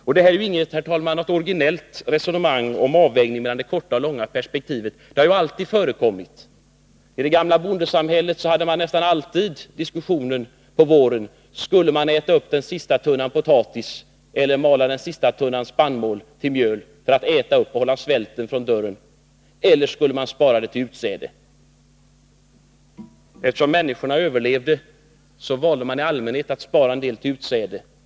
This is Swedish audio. Avvägningen mellan det korta och det långa perspektivet är, herr talman, inget originellt resonemang. Det har alltid förekommit. I det gamla bondesamhället fick man nästan alltid på våren ställa sig frågan: Skulle man äta upp den sista tunnan potatis och mala den sista tunnan spannmål till mjöl för att få något att äta och hålla svälten från dörren, eller skulle man spara det till utsäde? Eftersom människorna överlevde, valde de i allmänhet att spara en del till utsäde.